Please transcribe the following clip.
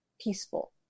peaceful